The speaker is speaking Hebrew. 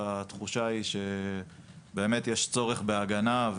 התחושה היא שיש באמת צורך בהגנה,